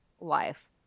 life